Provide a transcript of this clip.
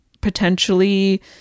potentially